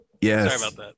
Yes